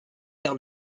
par